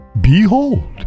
behold